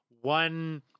one